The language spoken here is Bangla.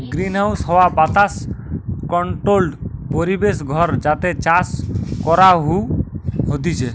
গ্রিনহাউস হাওয়া বাতাস কন্ট্রোল্ড পরিবেশ ঘর যাতে চাষ করাঢু হতিছে